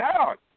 out